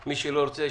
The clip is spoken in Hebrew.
מי שלא ירצה,